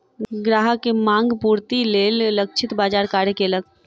ग्राहक के मांग पूर्तिक लेल लक्षित बाजार कार्य केलक